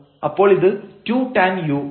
അപ്പോൾ ഇത് 2tan u